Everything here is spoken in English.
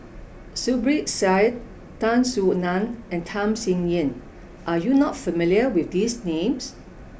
Zubir Said Tan Soo Nan and Tham Sien Yen are you not familiar with these names